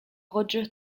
roger